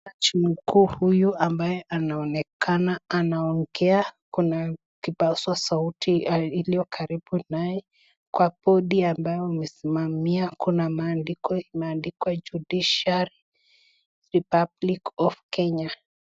Jaji mkuu huyu ambaye anaoneana anaongea. Kuna kipaza sauti iliyo karibu naye. Kwa podi ambayo amesimamia kuna maandiko yaliyoandikwa Judiciary Republic of Kenya.